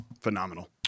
Phenomenal